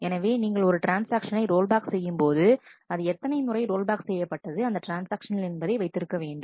எனவே நீங்கள் ஒரு ட்ரான்ஸ்ஆக்ஷனை ரோல்பேக் செய்யும் போதுஅது எத்தனை முறை ரோல்பேக் செய்யப்பட்டது அந்த ட்ரான்ஸ்ஆக்ஷனில் என்பதை வைத்திருக்க வேண்டும்